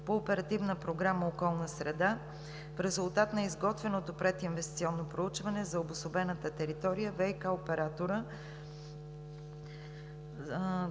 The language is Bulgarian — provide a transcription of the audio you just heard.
по Оперативна програма „Околна среда“. В резултат на изготвеното прединвестиционно проучване за обособената територия на действие